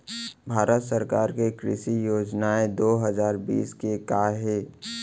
भारत सरकार के कृषि योजनाएं दो हजार बीस के का हे?